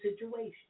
situation